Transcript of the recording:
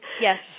yes